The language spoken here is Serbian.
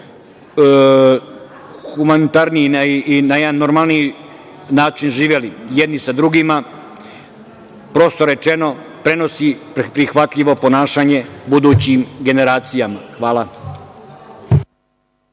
što lakše i na jedan normalniji način živeli jedni sa drugima. Prosto rečeno, prenosi prihvatljivo ponašanje budućim generacijama. Hvala.